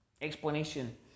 explanation